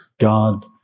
God